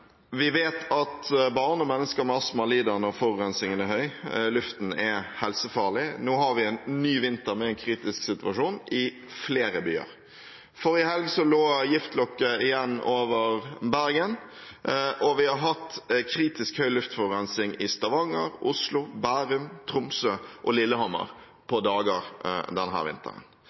Vi vet at barn og mennesker med astma lider når forurensningen er høy, når luften er helsefarlig. Nå har vi en ny vinter med en kritisk situasjon i flere byer. Forrige helg lå giftlokket igjen over Bergen, og vi har hatt kritisk høy luftforurensning i Stavanger, Oslo, Bærum, Tromsø og Lillehammer på dager denne vinteren.